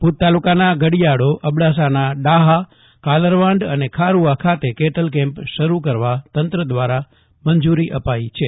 ભુજ તાલુકાના ઘડિયાડો અબડાસાના ડાહા કાલરવાંઢ અને ખારૂઆ ખાતે કેટલ કેમ્પ શરૂ કરવા તંત્ર દ્વારા મંજૂરી અપાઇ હતી